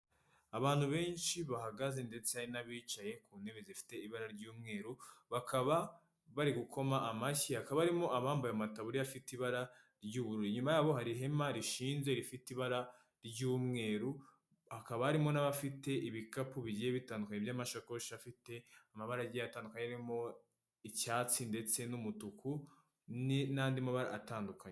Abantu benshi bahagaze ndetse n'abicaye ku ntebe zifite ibara ry'umweru, bakaba bari gukoma amashyi, hakaba harimo abambaye amataburiya afite ibara ry'ubururu, inyuma y'abo hari ihema rishinze rifite ibara ry'umweru, hakaba harimo n'abafite ibikapu bigiye bitandukanye by'amashakoshi afite amabara agiye atandukanye arimo icyatsi ndetse n'umutuku n'andi mabara atandukanye.